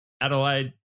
Adelaide